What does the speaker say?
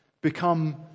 become